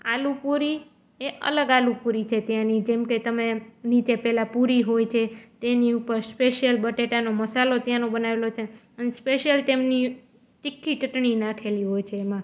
આલુપૂરી એ અલગ આલુપૂરી છે ત્યાંની જેમ કે તમે નીચે પેલા પુરી હોય છે તેની ઉપર સ્પેશ્યલ બટેટાનો મસાલો ત્યાંનો બનાવેલો છે અને સ્પેશ્યલ તેમની તીખી ચટણી નાખેલી હોય છે એમાં